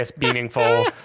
meaningful